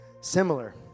similar